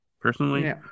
personally